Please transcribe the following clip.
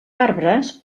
arbres